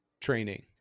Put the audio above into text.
training